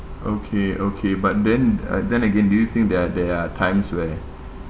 okay okay but then uh then again do you think there are there are times where